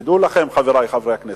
תדעו לכם, חברי חברי הכנסת,